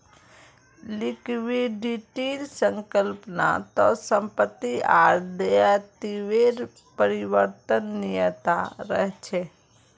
लिक्विडिटीर संकल्पना त संपत्ति आर दायित्वेर परिवर्तनीयता रहछे